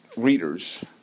Readers